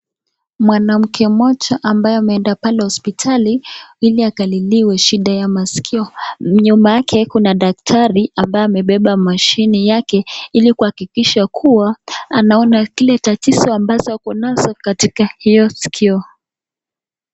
Mwanamke mmoja ambaye ameenda pale hospitali ili angaliliwe shida ya maskio, nyuma yake kuna daktari ambaye amebeba mashini yake ili kuhakikisha kuwa anaona kile tatizo ambazo ako nazo katika hiyo skio.